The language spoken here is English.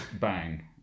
Bang